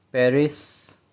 Paris